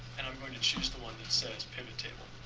and i'm going to choose the one that says pivottable.